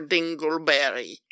Dingleberry